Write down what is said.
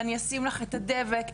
ישים את הדבק,